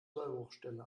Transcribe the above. sollbruchstelle